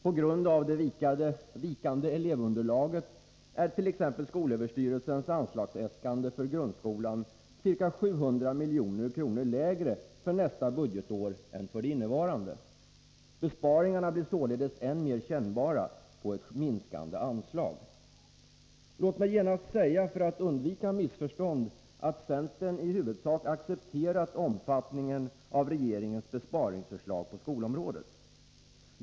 På grund av det vikande elevunderlaget är t.ex. skolöverstyrelsens anslagsäskande för grundskolan ca 700 milj.kr. lägre för nästa budgetår än för det innevarande. Besparingarna blir således än mer kännbara på ett minskande anslag. Låt mig genast säga, för att undvika missförstånd, att centern i huvudsak har accepterat omfattningen av regeringens besparingsförslag för skolområdet.